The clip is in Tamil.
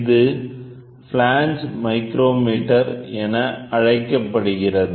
இது ஃபிளான்ஜ் மைக்ரோமீட்டர் என அழைக்கப்படுகிறது